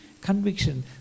conviction